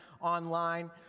online